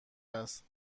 است